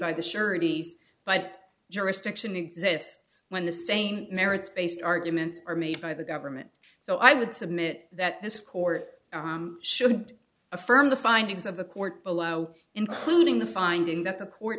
by the surety but jurisdiction exists when the same merits based arguments are made by the government so i would submit that this court should affirm the findings of the court below including the finding that the court